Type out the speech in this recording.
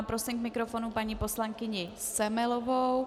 Prosím k mikrofonu paní poslankyni Semelovou.